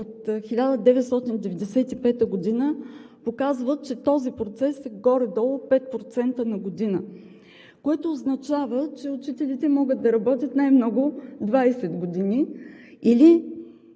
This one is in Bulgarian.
от 1995 г. показва, че този процес е горе-долу 5% на година, което означава, че учителите могат да работят най-много 20 години, или